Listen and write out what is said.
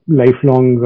lifelong